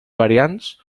variants